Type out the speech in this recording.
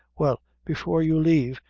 well, before you leave